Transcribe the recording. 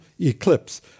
eclipse